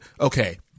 Okay